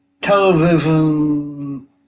television